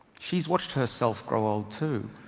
she has watched herself grow old too,